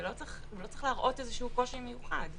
הוא לא צריך להראות קושי מיוחד.